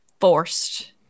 forced